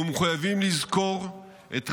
אנחנו מחויבים לזכור את רבין,